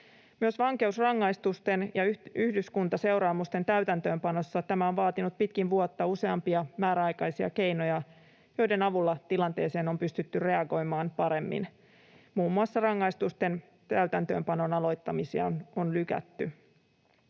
Myös vankeusrangaistusten ja yhdyskuntaseuraamusten täytäntöönpanossa tämä on vaatinut pitkin vuotta useampia määräaikaisia keinoja, joiden avulla tilanteeseen on pystytty reagoimaan paremmin. Muun muassa rangaistusten täytäntöönpanon aloittamisia on lykätty.